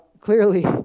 clearly